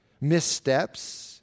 missteps